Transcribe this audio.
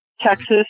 Texas